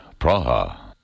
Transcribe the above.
Praha